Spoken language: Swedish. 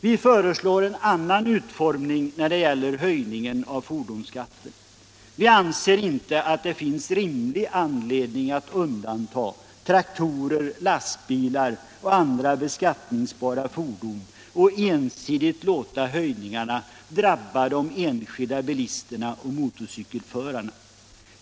Vi föreslår en annan utformning när det gäller höjningen av fordonsskatten. Vi anser inte att det finns rimlig anledning att undanta traktorer, lastbilar och andra beskattningsbara fordon och ensidigt låta höjningarna drabba de enskilda bilisterna och motorcykelförarna.